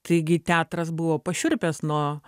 taigi teatras buvo pašiurpęs nuo